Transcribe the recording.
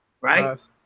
right